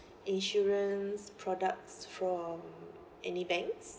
insurance products from any banks